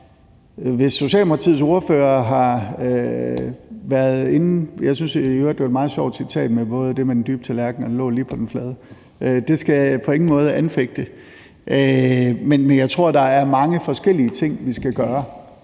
hvis Socialdemokratiets ordfører har været inde at sige noget, og jeg synes i øvrigt, det var et meget sjovt citat med den dybe tallerken, og at den lå lige på den flade, skal jeg på ingen måde anfægte det, men jeg tror, der er mange forskellige ting, vi skal gøre